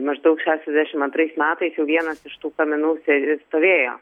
maždaug šešiasdešimt antrais metais jau vienas iš tų kaminų ser stovėjo